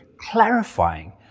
clarifying